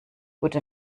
gute